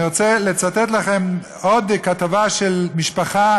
אני רוצה לצטט לכם עוד כתבה על משפחה